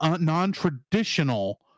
non-traditional